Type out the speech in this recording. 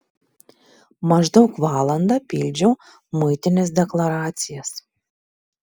maždaug valandą pildžiau muitinės deklaracijas